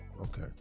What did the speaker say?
Okay